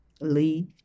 Leave